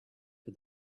for